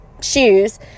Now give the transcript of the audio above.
shoes